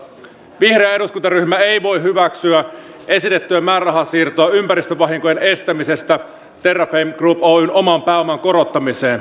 vihreä eduskuntaryhmä ei voi hyväksyä esitettyä määrärahasiirtoa ympäristövahinkojen estämisestä terrafame group oyn oman pääoman korottamiseen